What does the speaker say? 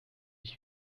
ich